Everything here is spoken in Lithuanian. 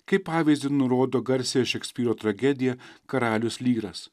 kaip pavyzdį nurodo garsiąją šekspyro tragediją karalius lyras